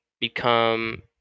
become